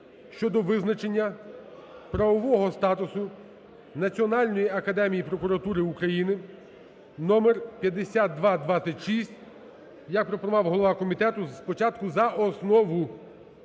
(щодо визначення правового статусу Національної академії прокуратури України), номер 5226. Як пропонував голова комітету, спочатку за основу.